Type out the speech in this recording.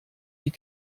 die